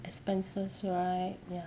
expenses right ya